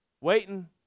waiting